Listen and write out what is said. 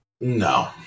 No